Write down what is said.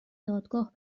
دادگاه